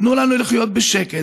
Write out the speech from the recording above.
תנו לנו לחיות בשקט.